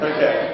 Okay